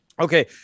Okay